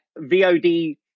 VOD